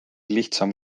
lihtsam